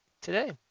today